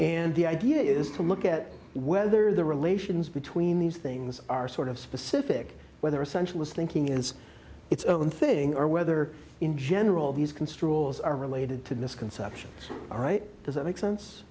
and the idea is to look at whether the relations between these things are sort of specific whether essential is thinking is its own thing or whether in general these construe laws are related to misconceptions all right does that make sense